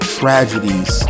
tragedies